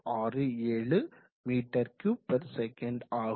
001667 m3s ஆகும்